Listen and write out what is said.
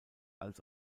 als